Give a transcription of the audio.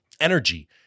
energy